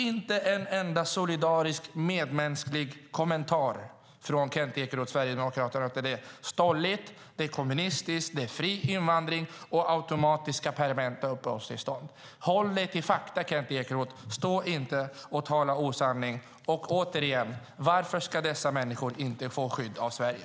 Inte en enda solidarisk, medmänsklig kommentar kunde vi höra från Kent Ekeroth, Sverigedemokraterna. I stället är det stolligt, det är kommunistiskt, det är fri invandring och det är automatiska permanenta uppehållstillstånd. Håll dig till fakta, Kent Ekeroth! Stå inte och tala osanning! Återigen: Varför ska dessa människor inte få skydd i Sverige?